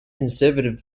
conservative